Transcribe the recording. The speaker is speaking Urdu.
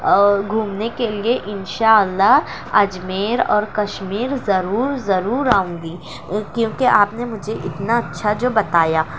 اور گھومنے کے لیے انشاء اللّہ اجمیر اور کشمیر ضرور ضرور آؤں گی کیونکہ آپ نے مجھے اتنا اچھا جو بتایا